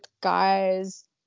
guys